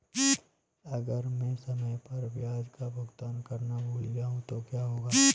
अगर मैं समय पर ब्याज का भुगतान करना भूल जाऊं तो क्या होगा?